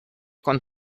con